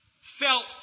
felt